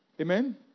Amen